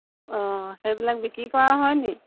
অঁ সেইবিলাক বিক্ৰী কৰা হয়নি